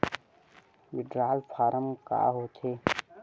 Withdrawal form का होथे?